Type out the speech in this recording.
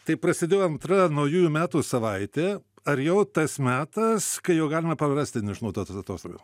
tai prasidėjo antra naujųjų metų savaitė ar jau tas metas kai jau galima prarasti neišnaudotas atostogas